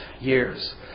years